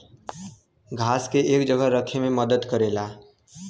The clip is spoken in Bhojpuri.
घास के एक जगह रखे मे मदद करेला